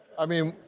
i mean,